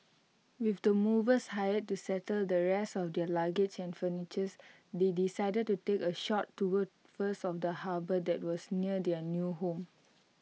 with the movers hired to settle the rest of their luggage and furniture they decided to take A short tour first of the harbour that was near their new home